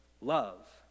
love